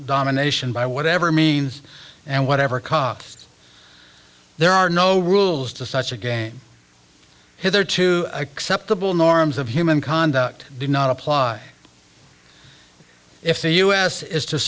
domination by whatever means and whatever costs there are no rules to such a game hitherto acceptable norms of human conduct do not apply if the us is to